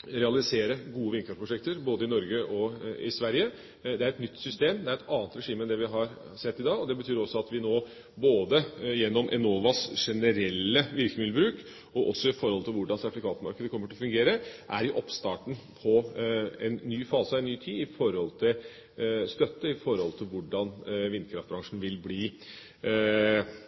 realisere gode vindkraftprosjekter både i Norge og i Sverige. Det er et nytt system, det er et annet regime enn det vi har sett i dag. Det betyr også at vi nå – både gjennom Enovas generelle virkemiddelbruk og i forhold til hvordan sertifikatmarkedet kommer til å fungere – er i oppstarten på en ny fase, en ny tid når det gjelder støtte, hvordan vindkraftbransjen vil bli støttet opp om. Det er de faktiske forhold